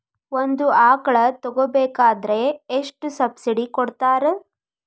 ಒಂದು ಆಕಳ ತಗೋಬೇಕಾದ್ರೆ ಎಷ್ಟು ಸಬ್ಸಿಡಿ ಕೊಡ್ತಾರ್?